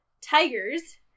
tigers